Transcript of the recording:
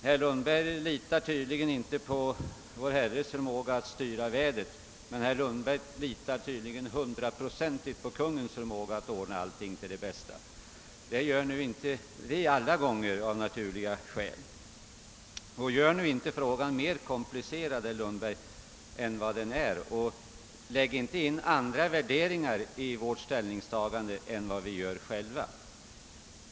Herr Lundberg litar tydligen inte på Vår Herres förmåga att bestämma vädret, men han litar tydligen hundraprocentigt på Kungl. Maj:ts möjligheter att ordna allt till det bästa. Av naturliga skäl gör inte vi detta alla gånger. Gör nu inte frågan mer komplicerad, herr Lundberg, än den är och lägg inte in andra värderingar i vårt ställningstagande än vi själva gjort.